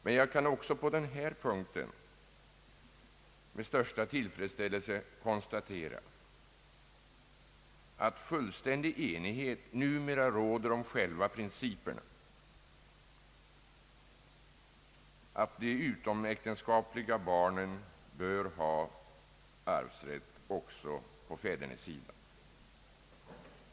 Men jag kan också på denna punkt med största tillfredsställelse konstatera att fullständig enighet numera råder om själva principen att de utomäktenskapliga barnen bör ha arvsrätt också på fädernesidan.